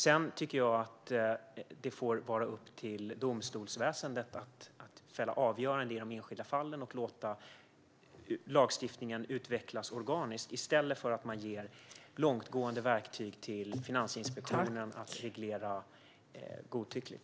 Sedan tycker jag att det får vara domstolsväsendets sak att fälla avgörande i de enskilda fallen och låta lagstiftningen utvecklas organiskt, i stället för att man ger långtgående verktyg till Finansinspektionen att reglera godtyckligt.